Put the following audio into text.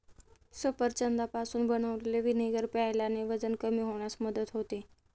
सफरचंदापासून बनवलेले व्हिनेगर प्यायल्याने वजन कमी होण्यास मदत होते